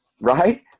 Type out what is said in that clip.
Right